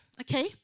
okay